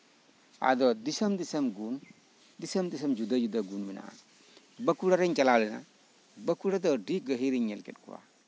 ᱟᱫᱚ ᱫᱤᱥᱚᱢ ᱫᱤᱥᱚᱢ ᱜᱩᱱ ᱫᱤᱥᱚᱢ ᱫᱤᱥᱚᱢ ᱡᱩᱫᱟᱹ ᱡᱩᱫᱟᱹ ᱜᱩᱱ ᱢᱮᱱᱟᱜᱼᱟ ᱵᱟᱸᱠᱩᱲᱟ ᱨᱤᱧ ᱪᱟᱞᱟᱣ ᱞᱮᱱᱟ ᱵᱟᱸᱠᱩᱲᱟ ᱫᱚ ᱟᱹᱰᱤ ᱜᱟᱹᱦᱤᱨ ᱤᱧ ᱧᱮᱞ ᱠᱮᱫ ᱠᱚᱣᱟ